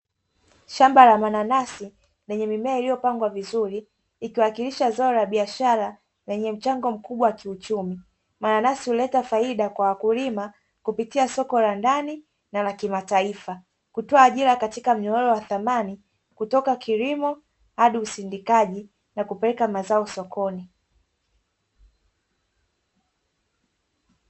Shamba la mananasi lenye mimea iliyopangwa vizuri ikiwakilisha zao la biashara lenye mchango mkubwa wa kiuchumi. Mananasi huleta faida kwa wakulima kupitia soko la ndani na la kimataifa, kutoa ajira katika mnyororo wa thamani kutoka kilimo hadi usindikaji na kupeleka mazao sokoni.